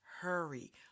hurry